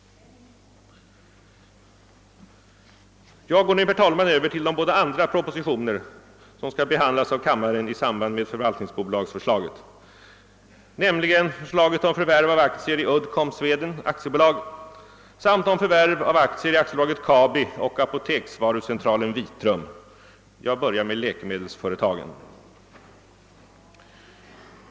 Jag går nu, herr talman, över till de andra propositioner som i detta sammanhang skall behandlas av kammaren, nämligen förslaget om förvärv av aktier i Uddcomb Sweden AB samt förslaget om förvärv av aktier i AB Kabi och Apoteksvarucentralen Vitrum. Jag börjar med läkemedelsföretagen.